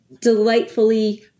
Delightfully